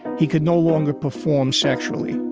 he could no longer perform sexually